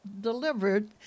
delivered